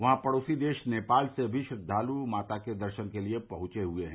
वहां पड़ोसी देश नेपाल से भी श्रद्वालु माता के दर्शन के लिए पहुंचे हुए हैं